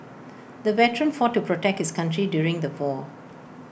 the veteran fought to protect his country during the war